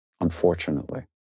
unfortunately